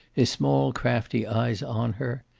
his small crafty eyes on her.